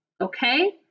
okay